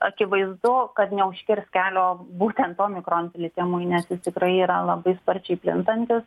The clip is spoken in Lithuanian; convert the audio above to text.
akivaizdu kad neužkirs kelio būtent omikron plitimui nes jis tikrai yra labai sparčiai plintantis